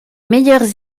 meilleures